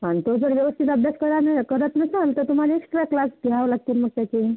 हा तो जर व्यवस्थित अभ्यास करत नसेल तर तुम्हाला एक्सट्रा क्लास घ्यावे लागतील मग त्याचे